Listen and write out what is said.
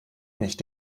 nicht